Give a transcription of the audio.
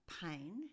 pain